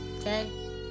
okay